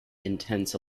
intense